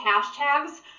hashtags